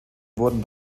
wurden